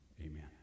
amen